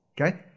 Okay